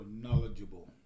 knowledgeable